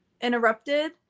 interrupted